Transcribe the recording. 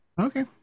okay